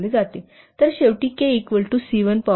तर शेवटी K C1 power